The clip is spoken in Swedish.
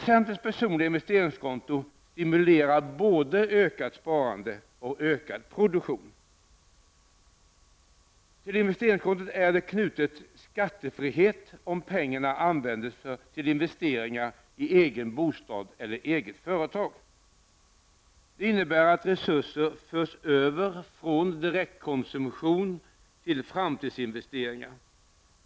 Centerns personliga investeringskonto stimulerar både ökat sparande och ökad produktion. Till investeringskontot är det knutet skattefrihet, om pengarna används till investeringar i egen bostad eller eget företag. Det innebär att resurser förs över från direktkonsumtion till framtidsinvesteringar.